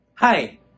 Hi